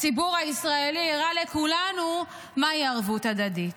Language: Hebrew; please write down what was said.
הציבור הישראלי הראה לכולנו מהי ערבות הדדית,